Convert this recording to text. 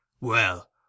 Well